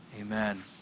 Amen